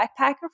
backpacker